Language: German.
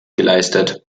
geleistet